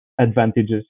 advantages